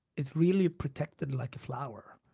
is really protected like a flower.